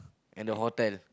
and the hotel